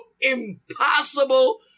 impossible